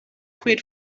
quid